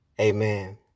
Amen